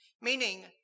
meaning